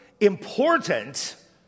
important